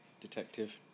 detective